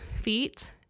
feet